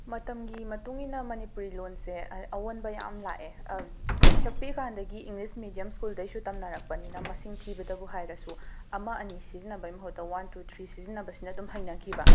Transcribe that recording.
ꯃꯇꯝꯒꯤ ꯃꯇꯨꯡ ꯏꯟꯅ ꯃꯅꯤꯄꯨꯔꯤ ꯂꯣꯟꯁꯦ ꯑꯩ ꯑꯋꯣꯟꯕ ꯌꯥꯝ ꯂꯥꯛꯑꯦ ꯄꯤꯁꯛ ꯄꯤꯛꯏ ꯀꯥꯟꯗꯒꯤ ꯏꯪꯂꯤꯁ ꯃꯦꯗꯤꯌꯝ ꯁ꯭ꯀꯨꯜꯗꯩꯁꯨ ꯇꯝꯅꯔꯛꯄꯅꯤꯅ ꯃꯁꯤꯡ ꯊꯤꯕꯗꯕꯨ ꯍꯥꯏꯔꯁꯨ ꯑꯃ ꯑꯅꯤ ꯁꯤꯖꯟꯅꯕꯩ ꯃꯍꯨꯠꯇ ꯋꯥꯟ ꯇꯨ ꯊ꯭ꯔꯤ ꯁꯤꯖꯟꯅꯕꯁꯤꯅ ꯑꯗꯨꯝ ꯍꯩꯅꯈꯤꯕ